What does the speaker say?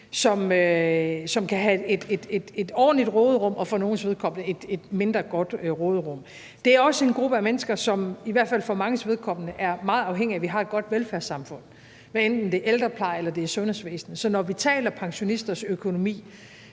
som kan have et ordentligt råderum – og for nogles vedkommende et mindre godt råderum. Det er også en gruppe af mennesker, som i hvert fald for manges vedkommende er meget afhængig af, at vi har et godt velfærdssamfund, hvad enten det er ældreplejen eller det er sundhedsvæsenet. Så når vi taler pensionisters økonomi,